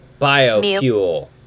Biofuel